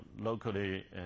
locally